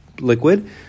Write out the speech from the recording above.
liquid